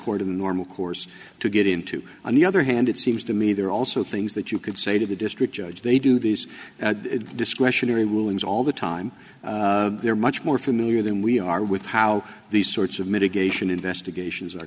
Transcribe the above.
court in the normal course to get into on the other hand it seems to me there are also things that you could say to the district judge they do these discretionary rulings all the time they're much more familiar than we are with how these sorts of mitigation investigations are